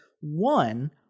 One